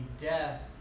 death